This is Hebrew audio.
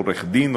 עורך-דין,